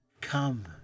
Come